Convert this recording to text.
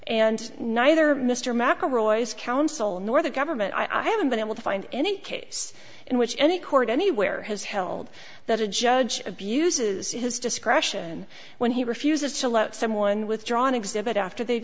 and neither mr mcelroy scoundrel nor the government i haven't been able to find any case in which any court anywhere has held that a judge abuses his discretion when he refuses to let someone withdrawn exhibit after they've